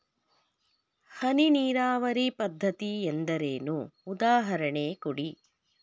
ಹನಿ ನೀರಾವರಿ ಪದ್ಧತಿ ಎಂದರೇನು, ಉದಾಹರಣೆ ಕೊಡಿ?